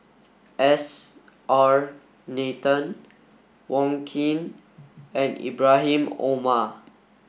S R Nathan Wong Keen and Ibrahim Omar